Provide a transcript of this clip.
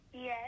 Yes